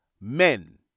Men